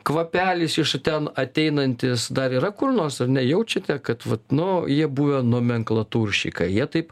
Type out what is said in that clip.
kvapelis iš ten ateinantis dar yra kur nors ar nejaučiate kad vat nu jie buvę nomenklatūrščikai jie taip